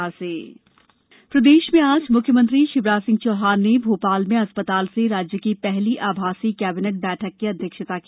मुख्यमंत्री कैबिनेट प्रदेश में आज मुख्यमंत्री शिवराज सिंह चौहान ने भोपाल में अस्पताल से राज्य की पहली आभासी कैबिनेट बैठक की अध्यक्षता की